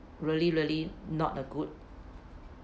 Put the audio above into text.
really really not a good